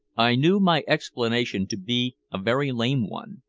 i knew my explanation to be a very lame one,